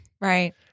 Right